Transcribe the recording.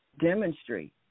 demonstrate